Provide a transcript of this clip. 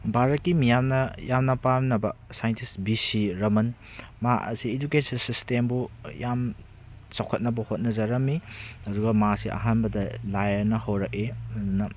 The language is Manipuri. ꯚꯥꯔꯠꯀꯤ ꯃꯤꯌꯥꯝꯅ ꯌꯥꯝꯅ ꯄꯥꯝꯅꯕ ꯁꯥꯏꯟꯇꯤꯁ ꯕꯤ ꯁꯤ ꯔꯃꯟ ꯃꯥ ꯑꯁꯤ ꯏꯗꯨꯀꯦꯁꯟ ꯁꯤꯁꯇꯦꯝꯕꯨ ꯌꯥꯝ ꯌꯥꯎꯈꯠꯅꯕ ꯍꯦꯠꯅꯖꯔꯝꯃꯤ ꯑꯗꯨꯒ ꯃꯥꯁꯤ ꯑꯍꯥꯟꯕꯗ ꯂꯥꯏꯔꯅ ꯍꯧꯔꯛꯏ ꯑꯗꯨꯅ